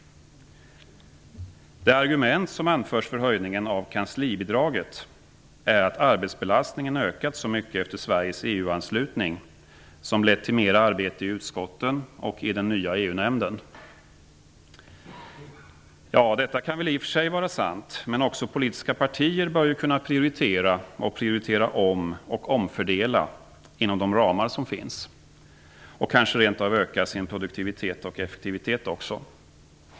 Det argument som anförs för höjningen av kanslibidraget är att arbetsbelastningen ökat mycket efter Sveriges EU-anslutning, som lett till mera arbete i utskotten och i den nya EU-nämnden. Detta kan väl i och för sig vara sant, men också politiska partier bör ju kunna prioritera, prioritera om och omfördela inom de ramar som finns, och kanske också rent av öka sin produktivitet och effektivitet.